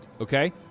okay